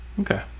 okay